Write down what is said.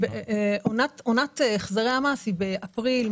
עונת החזרי המס היא באפריל,